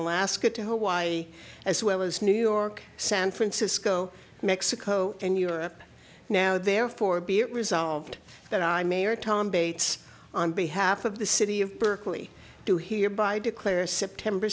alaska to hawaii as well as new york san francisco mexico and europe now therefore be it resolved that i mayor tom bates on behalf of the city of berkeley do here by declare september